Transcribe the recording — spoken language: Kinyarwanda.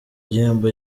igihembo